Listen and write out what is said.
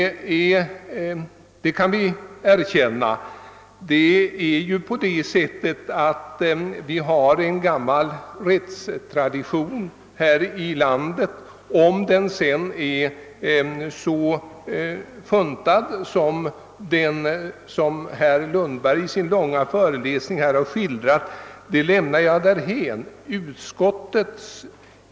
Det finns ju en gammal rättstradition här i landet. Om den sedan är så funtad som herr Lundberg i sin långa föreläsning här skildrat lämnar jag därhän.